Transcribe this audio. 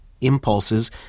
impulses